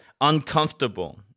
uncomfortable